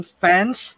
fans